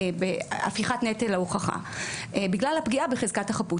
הפיכת נטל ההוכחה בגלל הפגיעה בחזקת החפות.